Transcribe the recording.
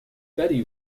betty